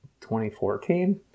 2014